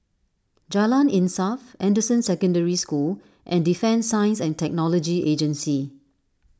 Jalan Insaf Anderson Secondary School and Defence Science and Technology Agency